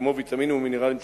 כמו ויטמינים ומינרלים חשובים.